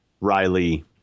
Riley